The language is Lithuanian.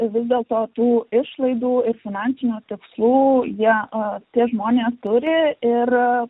vis dėl to tų išlaidų ir finansinių tikslų jie tie žmonės turi ir